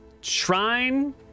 shrine